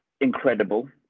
incredible